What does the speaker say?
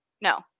no